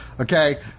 Okay